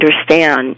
understand